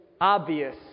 obvious